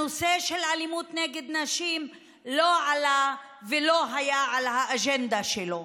הנושא של אלימות נגד נשים לא עלה ולא היה באג'נדה שלו.